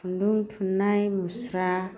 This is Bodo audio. खुन्दुं थुननाय मुस्रा